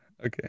okay